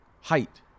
height